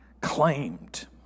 claimed